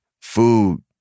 food